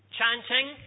chanting